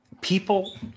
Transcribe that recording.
people